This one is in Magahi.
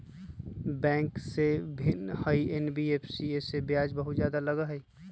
बैंक से भिन्न हई एन.बी.एफ.सी इमे ब्याज बहुत ज्यादा लगहई?